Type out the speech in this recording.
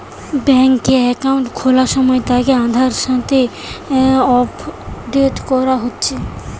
বেংকে একাউন্ট খোলার সময় তাকে আধারের সাথে আপডেট করতে হয়